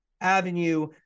avenue